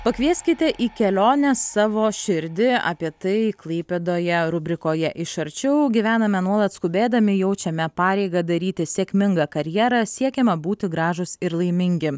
pakvieskite į kelionę savo širdį apie tai klaipėdoje rubrikoje iš arčiau gyvename nuolat skubėdami jaučiame pareigą daryti sėkmingą karjerą siekiame būti gražūs ir laimingi